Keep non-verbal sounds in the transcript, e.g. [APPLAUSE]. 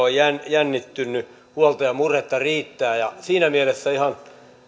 [UNINTELLIGIBLE] on jännittynyt huolta ja murhetta riittää ja siinä mielessä ihan